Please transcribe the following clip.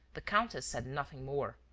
the countess said nothing more,